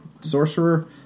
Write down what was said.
Sorcerer